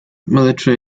military